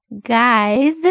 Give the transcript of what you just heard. Guys